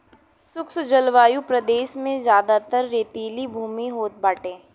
शुष्क जलवायु प्रदेश में जयादातर रेतीली भूमि होत बाटे